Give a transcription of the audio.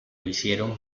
hicieron